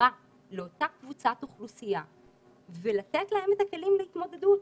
בהסברה לאותה קבוצת אוכלוסייה ולתת להם את הכלים להתמודדות.